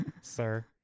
sir